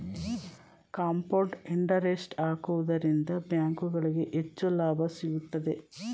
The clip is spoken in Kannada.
ಕಾಂಪೌಂಡ್ ಇಂಟರೆಸ್ಟ್ ಹಾಕುವುದರಿಂದ ಬ್ಯಾಂಕುಗಳಿಗೆ ಹೆಚ್ಚು ಲಾಭ ಸಿಗುತ್ತದೆ